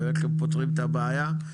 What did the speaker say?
ואיך פותרים את הבעיה?